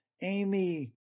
Amy